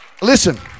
Listen